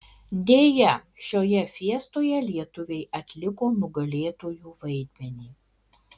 deja šioje fiestoje lietuviai atliko nugalėtųjų vaidmenį